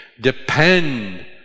depend